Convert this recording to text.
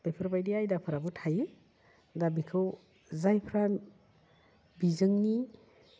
बेफोरबादि आयदाफ्राबो थायो दा बिखौ जायफ्रा बिजोंनि